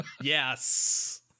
Yes